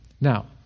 Now